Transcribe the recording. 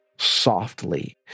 softly